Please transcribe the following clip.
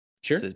Sure